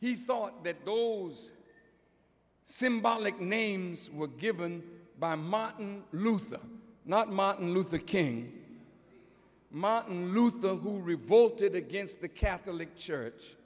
he thought that those symbolic names were given by martin luther not martin luther king martin luther who revolted against the catholic church